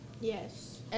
Yes